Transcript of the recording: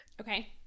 Okay